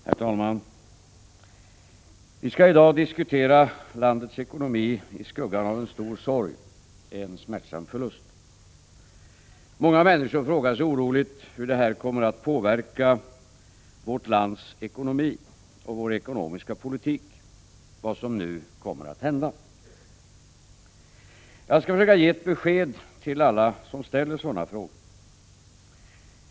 Herr talman! Vi skall i dag diskutera landets ekonomi i skuggan av en stor sorg, en smärtsam förlust. Många människor frågar sig oroligt hur detta kommer att påverka vår ekonomiska politik, vad som nu kommer att hända. Låt mig försöka ge ett besked till alla som ställer dessa frågor.